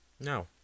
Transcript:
No